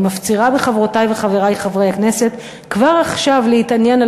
אני מפצירה בחברותי וחברי חברי הכנסת כבר עכשיו להתעניין,